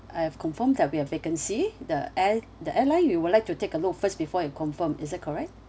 I have confirmed that we have vacancy the air~ the airline you would like to take a look first before you confirm is that correct